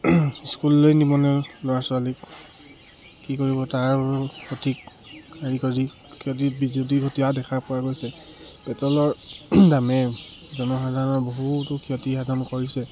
স্কুললৈ নিবনো ল'ৰা ছোৱালীক কি কৰিব তাৰ সঠিক কাৰিক ক্ষতিত বিজুতি ঘতীয়া দেখা পোৱা গৈছে পেট্ৰলৰ দামে জনসাধাৰণৰ বহুতো ক্ষতি সাধন কৰিছে